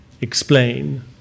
explain